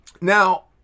Now